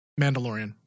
Mandalorian